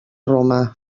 roma